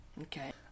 Okay